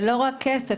זה לא רק כסף.